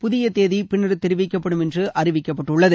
புதிய தேதி பின்னர் தெரிவிக்கப்படும் என்று அறிவிக்கப்பட்டுள்ளது